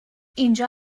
اینجا